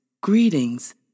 greetings